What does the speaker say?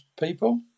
people